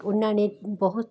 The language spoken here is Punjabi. ਉਹਨਾਂ ਨੇ ਬਹੁਤ